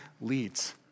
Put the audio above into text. leads